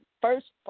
first